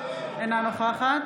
אינה נוכחת